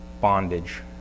bondage